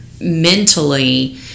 mentally